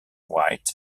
white